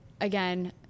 again